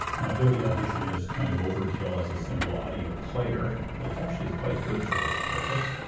now adobe audition is kind of overkill as a simple audio player, but it's actually quite good for this purpose.